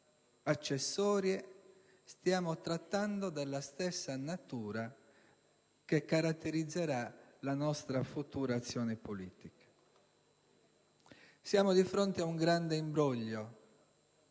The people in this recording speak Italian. accessorie; stiamo trattando della stessa natura che caratterizzerà la nostra futura azione politica. Siamo di fronte a un grande imbroglio,